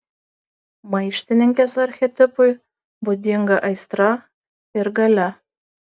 maištininkės archetipui būdinga aistra ir galia